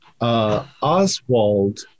Oswald